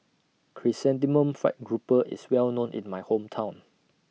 Chrysanthemum Fried Grouper IS Well known in My Hometown